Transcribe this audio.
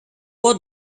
what